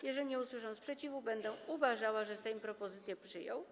Jeżeli nie usłyszę sprzeciwu, będę uważała, że Sejm propozycję przyjął.